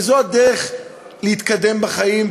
שזו הדרך להתקדם בחיים,